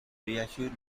reassure